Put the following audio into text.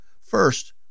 First